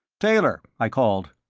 taylor, i called,